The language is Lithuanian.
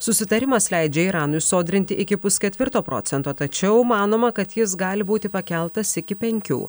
susitarimas leidžia iranui sodrinti iki pusketvirto procento tačiau manoma kad jis gali būti pakeltas iki penkių